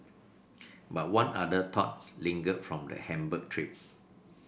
but one other thought lingered from the Hamburg trip